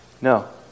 No